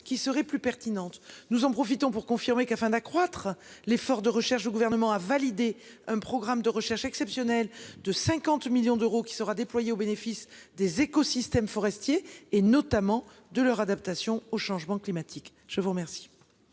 qui seraient plus pertinentes. J'en profite pour confirmer qu'afin d'accroître l'effort de recherche le Gouvernement a validé un programme exceptionnel de recherche de 50 millions d'euros, qui sera déployé au bénéfice des écosystèmes forestiers, notamment pour leur adaptation au changement climatique. Je mets aux voix